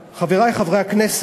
מספר: אני העסק הכי כשר בעיר,